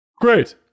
great